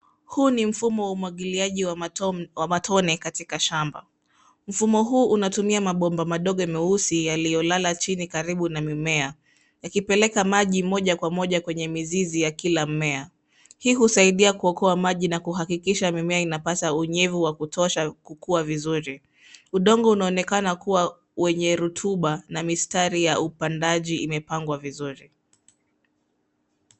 Huu ni mfumo wa umwagiliaji wa matone katika shamba. Mfumo huu unatumia mabomba madogo meusi yaliyolala chini karibu na mimea yakipeleka maji moja kwa moja kwenye mizizi ya kila mmea. Hii husaidia kuokoa maji na kuhakikisha mimea inapata unyevu wa kutosha kukua vizuri. Udongo unaonekana kuwa wenye rutuba na mistari ya upandaji imepangwa vizuri.